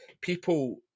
people